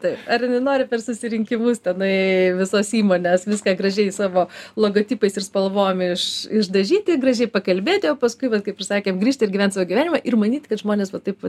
taip ar nenori per susirinkimus tenai visos įmonės viską gražiai savo logotipais ir spalvom iš išdažyti gražiai pakalbėti o paskui bet kaip sakėm grįžti ir gyvent savo gyvenimą ir manyt kad žmonės va taip va